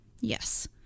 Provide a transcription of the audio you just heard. Yes